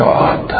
God